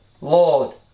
Lord